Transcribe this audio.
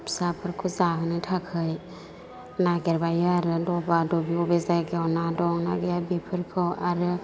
फिसाफोरखौ जाहोनो थाखाय नागिरबायो आरो दबा दबि बबे जायगायाव ना दं ना गैया बेफोरखौ आरो